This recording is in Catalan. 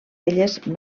elles